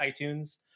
iTunes